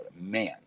man